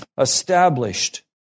Established